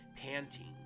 panting